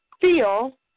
feel